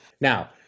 now